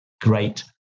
great